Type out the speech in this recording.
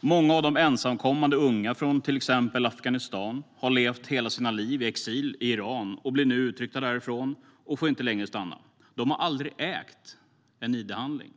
Många av de ensamkommande unga från till exempel Afghanistan har levt hela sina liv i exil i Iran. De blir nu uttryckta därifrån och får inte längre stanna. De har aldrig ägt en id-handling.